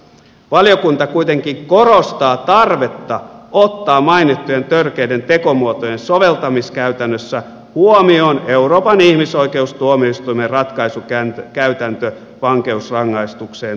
valiokunta kuitenkin korostaa tarvetta ottaa mainittujen törkeiden tekomuotojen soveltamiskäytännössä huomioon euroopan ihmisoikeustuomioistuimen ratkaisukäytäntö vankeusrangaistukseen tuomitsemisessa